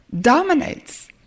dominates